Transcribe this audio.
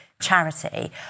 charity